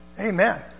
Amen